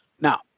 Now